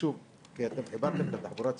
התחבורה הציבורית,